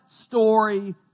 story